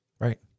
Right